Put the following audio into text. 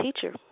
teacher